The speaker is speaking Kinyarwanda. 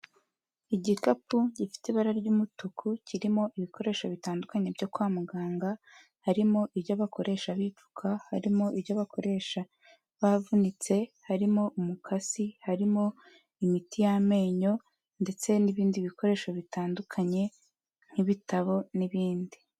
Igikapu gifite ibara ry'umutuku, kirimo ibikoresho bitandukanye byo kwa muganga, harimo ibyo bakoresha bipfuka, harimo ibyo bakoresha bavunitse, harimo umukasi, harimo imiti y'amenyo ndetse n'ibindi bikoresho bitandukanye nk'ibitabo n'ibindi.